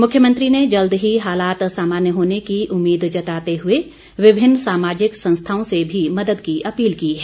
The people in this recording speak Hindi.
मुख्यमंत्री ने जल्द हालात सामान्य होने की उम्मीद जताते हुए विभिन्न सामाजिक संस्थाओं से भी मदद की अपील की है